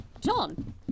John